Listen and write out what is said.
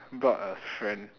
got a friend